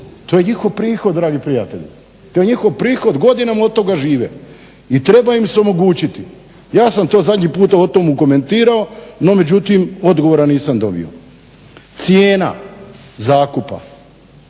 to je njihov prihod dragi prijatelji. To je njihov prihod, godinama od toga žive. I treba im se omogućiti. Ja sam to zadnji puta o tome komentirao no međutim odgovora nisam dobio. Cijena zakupa,